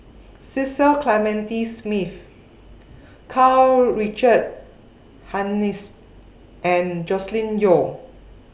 Cecil Clementi Smith Karl Richard Hanitsch and Joscelin Yeo